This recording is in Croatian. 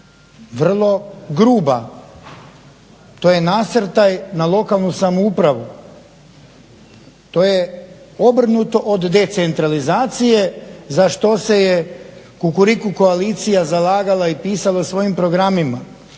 Vrlo gruba. To je nasrtaj na lokalnu samoupravu, to je obrnuto od decentralizacije za što se je Kukuriku koalicija zalagala i pisala u svojim programima.